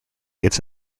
its